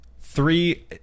Three